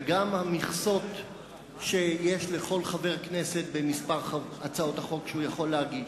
וגם המכסות שיש לכל חבר כנסת במספר הצעות החוק שהוא יכול להגיש.